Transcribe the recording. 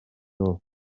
nhw